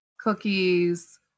cookies